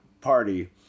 party